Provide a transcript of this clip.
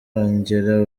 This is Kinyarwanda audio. ongera